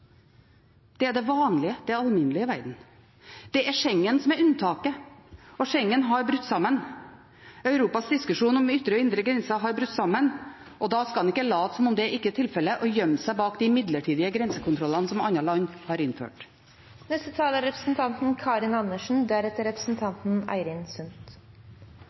Det er Schengen som er unntaket, og Schengen har brutt sammen. Europas diskusjon om ytre og indre grenser har brutt sammen, og da skal en ikke late som om det ikke er tilfellet og gjemme seg bak de midlertidige grensekontrollene som andre land har